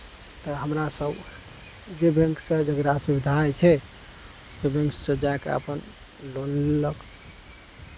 तऽ हमरा सब जे बैंक सऽ जकरा सुविधा होइ छै ओइ बेंक सऽ जै कऽ अपन लोन लेलक